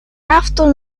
after